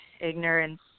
ignorance